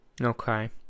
Okay